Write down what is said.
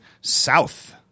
South